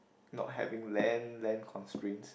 not having land land constraints